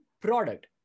product